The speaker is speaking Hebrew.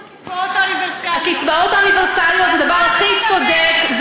הקצבאות האוניברסליות זה הדבר הכי צודק,